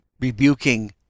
rebuking